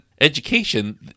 education